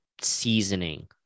seasoning